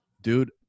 Dude